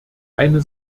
eine